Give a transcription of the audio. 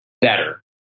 better